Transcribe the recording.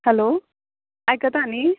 hello आयकता न्ही